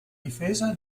difesa